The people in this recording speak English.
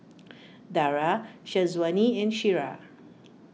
Dara Syazwani and Syirah